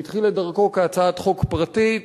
שהתחיל את דרכו כהצעת חוק פרטית,